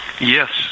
Yes